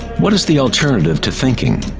what is the alternative to thinking?